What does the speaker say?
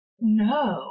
No